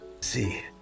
see